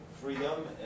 freedom